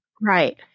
Right